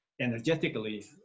energetically